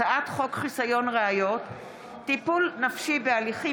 הצעת חוק חסיון ראיות (טיפול נפשי בהליכים